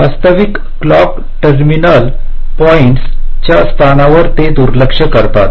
वास्तविक clock terminal points च्या स्थानांवर ते दुर्लक्ष करतात